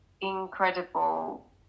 incredible